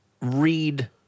read